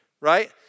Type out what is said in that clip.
right